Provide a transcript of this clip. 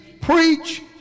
preach